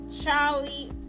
Charlie